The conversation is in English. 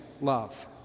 love